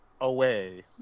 away